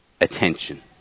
attention